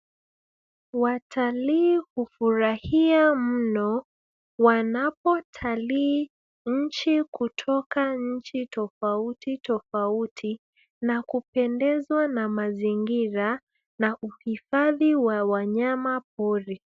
Watalii hufurahia mno, wanapotalii nchi kutoka nchi tofauti tofauti, na kupendezwa na mazingira, na uhifadhi wa wanyamapori.